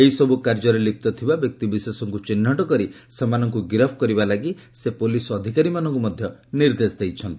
ଏହିସବୁ କାର୍ଯ୍ୟରେ ଲିପ୍ତ ଥିବା ବ୍ୟକ୍ତିବିଶେଷଙ୍କୁ ଚିହ୍ନଟ କରି ସେମାନଙ୍କୁ ଗିରଫ କରିବା ଲାଗି ସେ ପୋଲିସ୍ ଅଧିକାରୀମାନଙ୍କୁ ନିର୍ଦ୍ଦେଶ ଦେଇଛନ୍ତି